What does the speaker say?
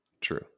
True